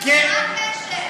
מה הקשר?